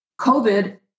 COVID